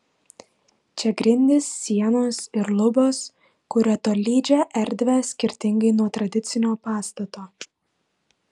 čia grindys sienos ir lubos kuria tolydžią erdvę skirtingai nuo tradicinio pastato